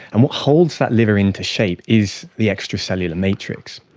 and what holes that liver into shape is the extracellular matrix.